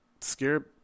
scare